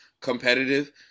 competitive